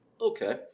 Okay